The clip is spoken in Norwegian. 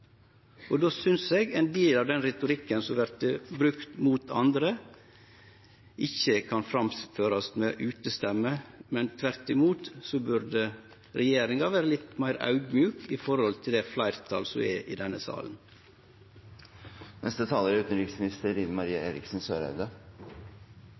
og då synest eg ein del av den retorikken som vert brukt mot andre, ikkje kan framførast med utestemme. Tvert imot burde regjeringa vere litt meir audmjuk overfor det fleirtalet som er i denne salen.